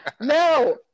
No